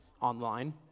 online